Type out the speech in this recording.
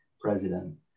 president